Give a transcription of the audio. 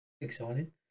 exciting